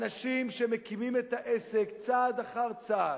אנשים שמקימים את העסק צעד אחר צעד,